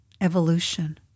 evolution